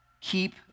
keep